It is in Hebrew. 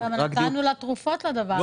נתנו להם תרופות על הדבר הזה.